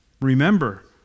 Remember